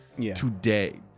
Today